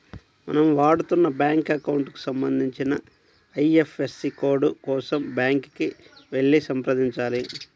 మనం వాడుతున్న bank account కి సంబంధించిన ఐ.ఎఫ్.ఎస్.సి కోడ్ కోసం బ్యాంకుకి వెళ్లి సంప్రదించాలి